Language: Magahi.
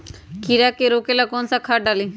कीड़ा के रोक ला कौन सा खाद्य डाली?